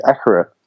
accurate